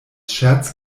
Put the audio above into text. scherz